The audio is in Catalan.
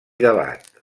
debat